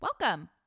Welcome